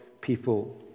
people